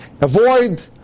Avoid